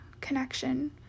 connection